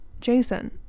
Jason-